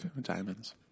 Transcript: Diamonds